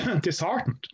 disheartened